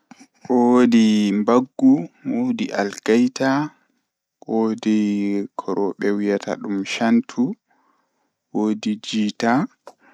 Woodi mbaggu, woodi algaita, woodi ko rewbe wiyata dum shantu, woodi jiita.